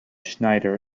schneider